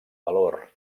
valor